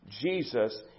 Jesus